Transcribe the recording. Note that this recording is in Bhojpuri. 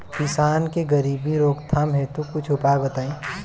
किसान के गरीबी रोकथाम हेतु कुछ उपाय बताई?